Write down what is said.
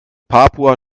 papua